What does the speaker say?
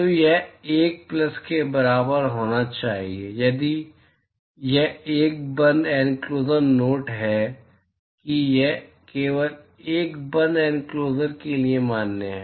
तो यह 1 प्लस के बराबर होना चाहिए यदि यह एक बंद इनक्लोसर नोट है कि यह केवल एक बंद इनक्लोसर के लिए मान्य है